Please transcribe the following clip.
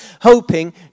hoping